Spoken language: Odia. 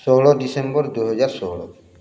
ଷୋହଳ ଡ଼ିସେମ୍ବର ଦୁଇହଜାରଷୋହଳ